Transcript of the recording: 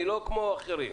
אני לא כמו אחרים.